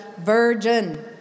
virgin